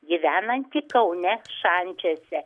gyvenanti kaune šančiuose